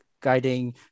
guiding